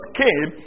came